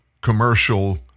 commercial